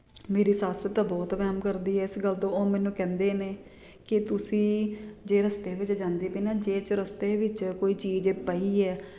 ਮੇਰੀ ਸੱਸ ਤਾਂ ਬਹੁਤ ਵਹਿਮ ਕਰਦੀ ਆ ਇਸ ਗੱਲ ਤੋਂ ਉਹ ਮੈਨੂੰ ਕਹਿੰਦੇ ਨੇ ਕਿ ਤੁਸੀਂ ਜੇ ਰਸਤੇ ਵਿੱਚ ਜਾਂਦੇ ਪਏ ਨਾ ਜੇ ਚੁਰਸਤੇ ਵਿੱਚ ਕੋਈ ਚੀਜ਼ ਪਈ ਆ